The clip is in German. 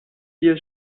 vier